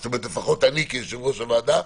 לפחות אני כיושב-ראש הוועדה,